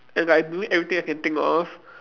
and like doing everything I can think of